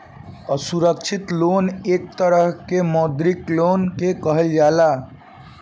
असुरक्षित लोन एक तरह के मौद्रिक ऋण के कहल जाला